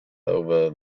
over